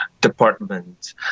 department